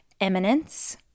Eminence